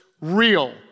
real